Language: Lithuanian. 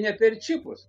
ne per čipus